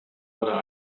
oder